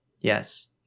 Yes